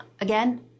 again